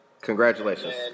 Congratulations